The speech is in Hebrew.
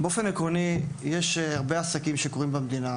באופן עקרוני, ישנם הרבה עסקים שקורים במדינה.